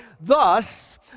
Thus